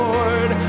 Lord